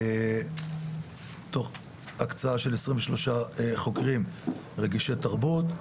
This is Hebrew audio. תוך הקצאה של עשרים ושלושה חוקרים רגישי תרבות.